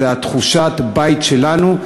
זו תחושת הבית שלנו,